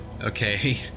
okay